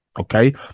Okay